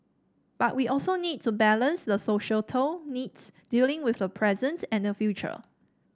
but we also need to balance the societal needs dealing with the present and the future